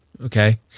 okay